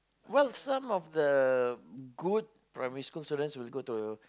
well some of the good primary students will go to